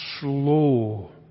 slow